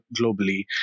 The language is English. globally